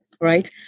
Right